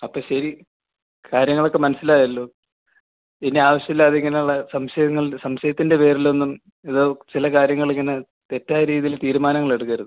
അപ്പോൾ ശരി കാര്യങ്ങളൊക്കെ മനസ്സിലായല്ലോ ഇനി ആവശ്യം ഇല്ലാതെ ഇങ്ങനെയുള്ള സംശയങ്ങളുടെ സംശയത്തിൻ്റെ പേരിലൊന്നും ഇത് ചില കാര്യങ്ങൾ ഇങ്ങനെ തെറ്റായ രീതിയിൽ തീരുമാനങ്ങൾ എടുക്കരുത്